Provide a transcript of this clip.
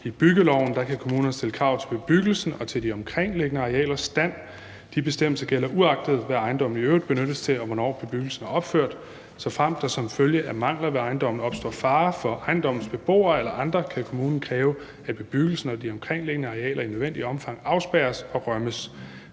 I byggeloven kan kommuner stille krav til bebyggelsen og til de omkringliggende arealers stand. De bestemmelser gælder, uagtet hvad ejendommen i øvrigt benyttes til, og hvornår bebyggelsen er opført. Såfremt der som følge af mangler ved ejendommen opstår fare for ejendommens beboere eller andre, kan kommunen kræve, at bebyggelsen og de omkringliggende arealer i nødvendigt omfang afspærres og rømmes.